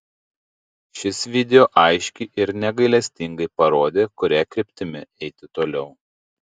šis video aiškiai ir negailestingai parodė kuria kryptimi eiti toliau